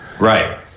Right